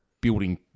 building